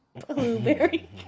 Blueberry